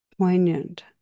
poignant